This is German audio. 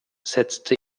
setzte